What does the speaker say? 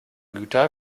güter